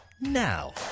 now